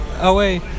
away